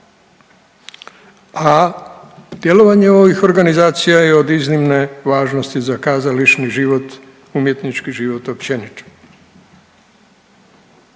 a djelovanje ovih organizacija je od iznimne važnosti za kazališni život i umjetnički život općenito